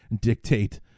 dictate